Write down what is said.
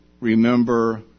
remember